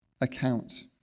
account